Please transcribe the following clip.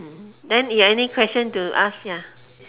then you have any question to ask ya